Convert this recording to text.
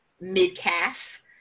mid-calf